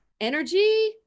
Energy